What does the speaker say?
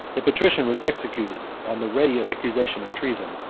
the patrician was executed on the ready accusation of treason,